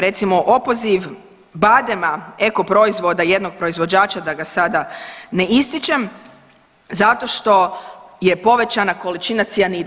Recimo opoziv badema eko proizvoda jednog proizvođača da ga sada ne ističem zato što je povećana količina cijanida.